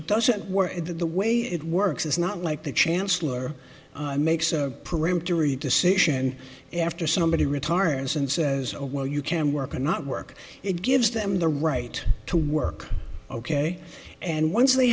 it doesn't work the way it works is not like the chancellor makes a peremptory decision after somebody retires and says oh well you can work and not work it gives them the right to work ok and once they